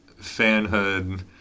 fanhood